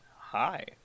Hi